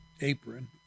apron